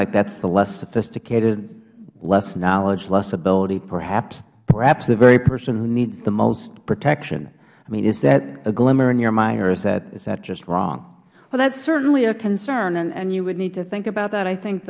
like that is the less sophisticated less knowledge less ability perhaps perhaps the very person who needs the most protection i mean is that a glimmer in your mind or is that just wrong ms cross that's certainly a concern and you would need to think about that i think